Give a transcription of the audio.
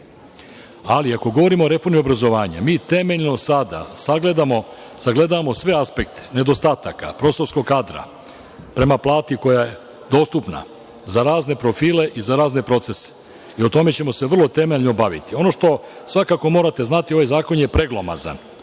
ali ako govorimo o reformi obrazovanja, mi temeljno, sada sagledavamo sve aspekte nedostataka, kadra, prema plati koja je dostupna za razne profile za razne procese. O tome ćemo se vrlo temeljno baviti. Ono što svakako morate znati, ovaj zakon je preglomazan